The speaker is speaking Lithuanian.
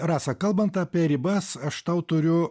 rasa kalbant apie ribas aš tau turiu